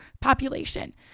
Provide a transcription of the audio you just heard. population